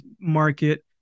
market